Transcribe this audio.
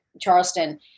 Charleston –